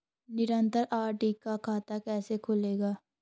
निरन्तर आर.डी का खाता कैसे खुलेगा?